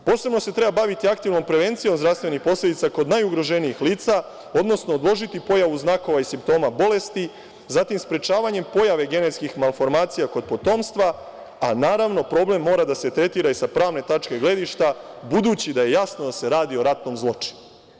Posebno se treba baviti aktivnom prevencijom zdravstvenih posledica kod najugroženijih lica, odnosno odložiti pojavu znakova i simptoma bolesti, zatim sprečavanje pojave genetskih malformacija kod potomstva, a naravno problem mora da se tretira i sa pravne tačke gledišta budući da je jasno da se radi o ratnom zločinu.